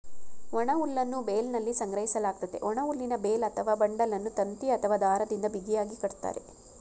ಒಣಹುಲ್ಲನ್ನು ಬೇಲ್ನಲ್ಲಿ ಸಂಗ್ರಹಿಸಲಾಗ್ತದೆ, ಒಣಹುಲ್ಲಿನ ಬೇಲ್ ಅಥವಾ ಬಂಡಲನ್ನು ತಂತಿ ಅಥವಾ ದಾರದಿಂದ ಬಿಗಿಯಾಗಿ ಕಟ್ತರೆ